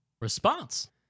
response